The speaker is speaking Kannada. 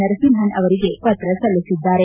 ನರಸಿಂಹನ್ ಅವರಿಗೆ ಪತ್ರ ಸಲ್ಲಿಸಿದ್ದಾರೆ